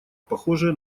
похожее